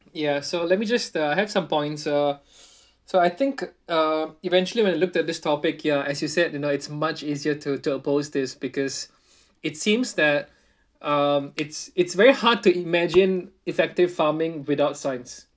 ya so let me just uh have some points uh so I think uh eventually when looked at this topic ya as you said you know it's much easier to to oppose this because it seems that um it's it's very hard to imagine effective farming without science